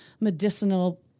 medicinal